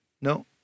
No